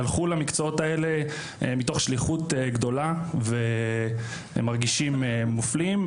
שהלכו למקצועות האלה מתוך שליחות גדולה והם מרגישים מופלים.